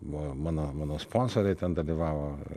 buvo mano mano sponsoriai ten dalyvavo